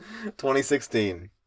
2016